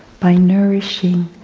by nourishing,